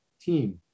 team